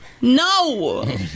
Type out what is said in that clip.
No